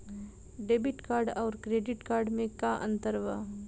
Debit card आउर credit card मे का अंतर बा?